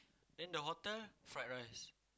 then the hotel fried rice